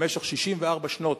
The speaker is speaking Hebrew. במשך 64 שנות